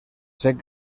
set